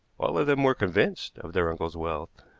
all of them were convinced of their uncle's wealth.